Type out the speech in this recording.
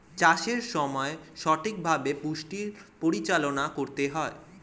চাষের সময় সঠিকভাবে পুষ্টির পরিচালনা করতে হয়